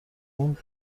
اون